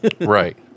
Right